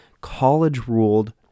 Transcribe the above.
college-ruled